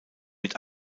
mit